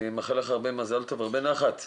אני מאחל לך הרבה מזל טוב והרבה נחת מהזוגות.